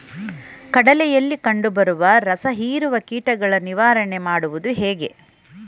ಕಡಲೆಯಲ್ಲಿ ಕಂಡುಬರುವ ರಸಹೀರುವ ಕೀಟಗಳ ನಿವಾರಣೆ ಮಾಡುವುದು ಹೇಗೆ?